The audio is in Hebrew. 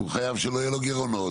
חייב שלא יהיו לא גירעונות,